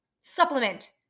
supplement